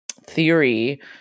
theory